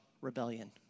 rebellion